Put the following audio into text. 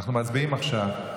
אנחנו מצביעים עכשיו.